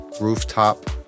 rooftop